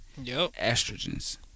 estrogens